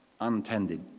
untended